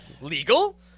legal